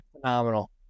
phenomenal